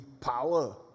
power